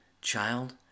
Child